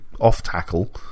off-tackle